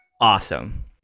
awesome